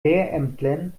lehrämtlern